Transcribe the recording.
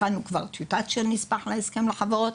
הכנו כבר טיוטה של נספח להסכם לחברות.